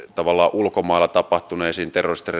ulkomailla tapahtuneisiin